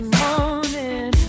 morning